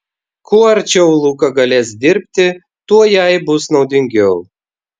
kuo arčiau luko galės dirbti tuo jai bus naudingiau